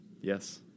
yes